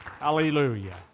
Hallelujah